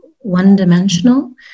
One-dimensional